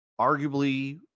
arguably